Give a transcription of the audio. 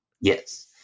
Yes